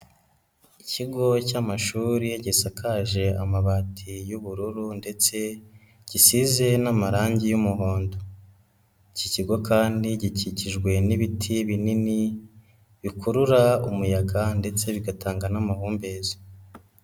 Ikigo cy'amashuri gisakaje amabati y'ubururu ndetse gisize n'amarangi y'umuhondo, iki kigo kandi gikikijwe n'ibiti binini bikurura umuyaga ndetse bigatanga n'amahumbezi.